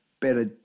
better